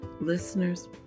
Listeners